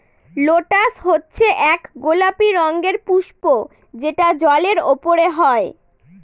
lotus হচ্ছে এক গোলাপি রঙের পুস্প যেটা জলের ওপরে হয়